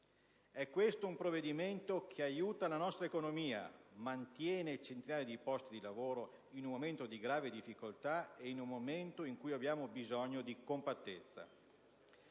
È questo un provvedimento che aiuta la nostra economia, mantiene centinaia di posti di lavoro, in un momento di grande difficoltà e in un momento in cui abbiamo bisogno di compattezza: